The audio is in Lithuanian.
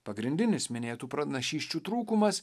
pagrindinis minėtų pranašysčių trūkumas